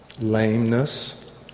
Lameness